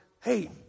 Hey